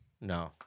No